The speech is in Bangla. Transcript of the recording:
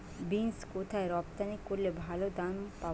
বিন্স কোথায় রপ্তানি করলে ভালো দাম পাব?